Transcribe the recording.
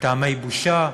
מטעמי בושה,